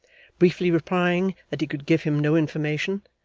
briefly replying that he could give him no information,